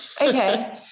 Okay